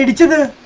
and to the